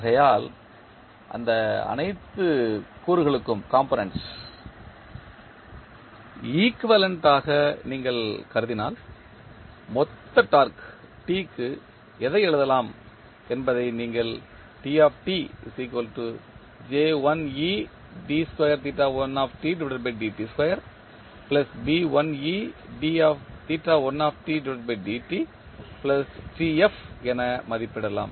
ஆகையால் அந்த அனைத்து கூறுகளுக்கும் ஈக்குவேலண்ட் ஆக நீங்கள் கருதினால் மொத்த டார்க்கு T க்கு எதை எழுதலாம் என்பதை நீங்கள் என மதிப்பிடலாம்